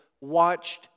watched